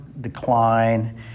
decline